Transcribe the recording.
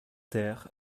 ter